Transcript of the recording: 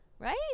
Right